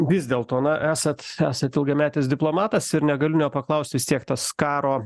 vis dėlto na esat esat ilgametis diplomatas ir negaliu nepaklaust vis tiek tas karo